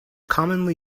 commonly